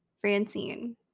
francine